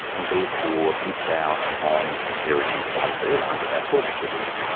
and therefore missed out on inheriting from her under that forfeiture rule.